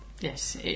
yes